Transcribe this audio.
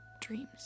dreams